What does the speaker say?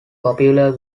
popular